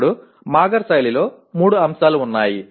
ఇప్పుడు మాగర్ శైలిలో 3 అంశాలు ఉన్నాయి